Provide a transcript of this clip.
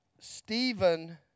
Stephen